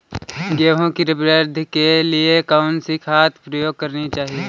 गेहूँ की वृद्धि के लिए कौनसी खाद प्रयोग करनी चाहिए?